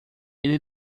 ele